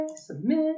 Submit